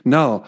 Now